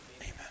Amen